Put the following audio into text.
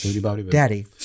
Daddy